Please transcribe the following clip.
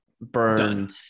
Burned